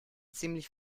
ziemlich